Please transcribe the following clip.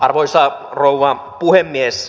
arvoisa rouva puhemies